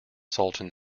salton